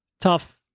tough